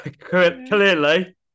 clearly